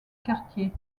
quartier